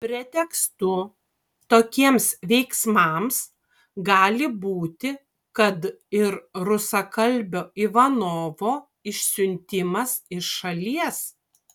pretekstu tokiems veiksmams gali būti kad ir rusakalbio ivanovo išsiuntimas iš šalies